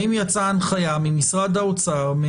האם יצאה הנחיה ממשרד האוצר,